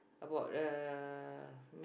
about the